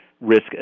risk